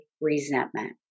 resentment